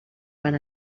van